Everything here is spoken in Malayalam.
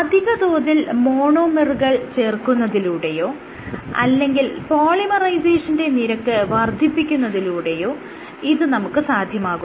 അധിക തോതിൽ മോണോമെറുകൾ ചേർക്കുന്നതിലൂടെയോ അല്ലെങ്കിൽ പോളിമറൈസേഷന്റെ നിരക്ക് വർദ്ധിപ്പിക്കുന്നതിലൂടെയോ ഇത് നമുക്ക് സാധ്യമാകുന്നു